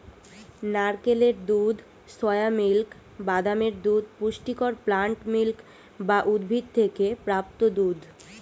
নারকেলের দুধ, soya milk, বাদামের দুধ পুষ্টিকর প্লান্ট মিল্ক বা উদ্ভিদ থেকে প্রাপ্ত দুধ